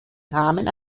rahmen